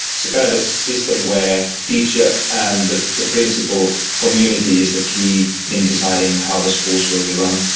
it's a kind of a system where teacher and the the principal community is the key in deciding how the schools will be run.